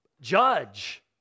judge